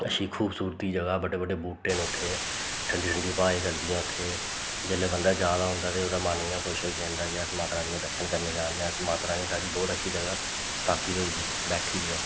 अच्छी खूबसूरती जगह् बड्डे बड्डे बूह्टें न उत्थें ठंडी ठंडी ब्हाऽ चलदियां उत्थें जेल्लै बंदा जा दा होंदा ते ओह्दा मन इ'यां खुश होंई जंदा कि अस माता रानी दे दर्शन करने जा दे आं अस माता रानी साढ़ी बोह्त अच्छी जगह् स्थापत होई दी बैठी दियां